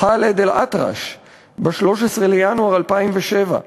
ח'אלד אלאטרש, ב-13 בינואר 2007,